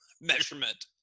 measurement